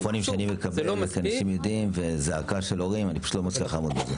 הטלפונים שאני מקבל וזעקה של הורים אני פשוט לא מצליח לעמוד בזה.